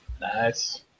Nice